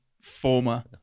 former